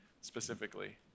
specifically